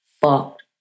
fucked